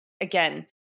Again